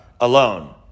alone